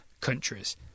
countries